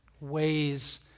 ways